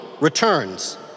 returns